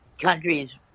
countries